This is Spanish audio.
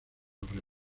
restos